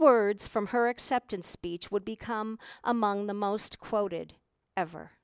words from her acceptance speech would become among the most quoted ever